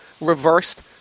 Reversed